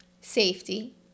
safety